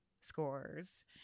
scores